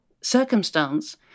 circumstance